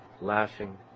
laughing